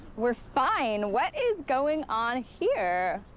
we're fine. what is going on here?